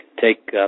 take